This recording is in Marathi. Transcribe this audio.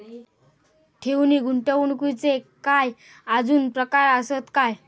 ठेव नी गुंतवणूकचे काय आजुन प्रकार आसत काय?